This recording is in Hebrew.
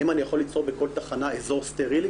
האם אני יכול ליצור בכל תחנה אזור סטרילי,